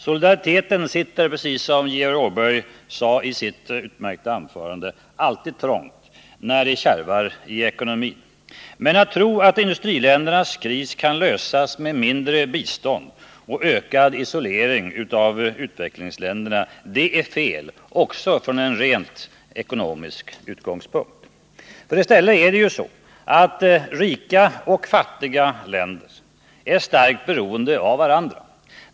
Solidariteten sitter, som Georg Åberg sade i sitt utmärkta anförande, alltid trångt när det kärvar i ekonomin. Men att tro att industriländernas kris kan lösas med mindre bistånd till och ökad isolering av utvecklingsländerna är fel — också från rent ekonomisk utgångspunkt. I stället är det så att rika och fattiga länder är starkt beroende av varandra.